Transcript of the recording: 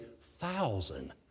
thousand